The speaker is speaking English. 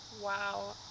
Wow